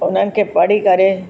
उन्हनि खे पढ़ी करे